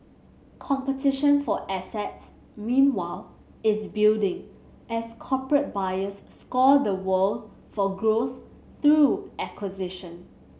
competition for assets meanwhile is building as corporate buyers scour the world for growth through acquisition